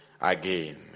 again